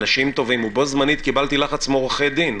אנשים טובים, ובו זמנית קיבלתי לחץ מעורכי דין.